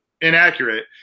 inaccurate